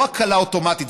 זאת לא הקלה אוטומטית,